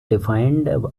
defined